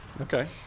Okay